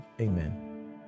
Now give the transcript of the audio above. amen